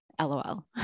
LOL